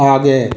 आगे